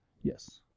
yes